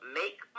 make